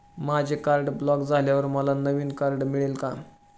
माझे card block झाल्यावर मला नवीन कार्ड मिळेल का?